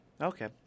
Okay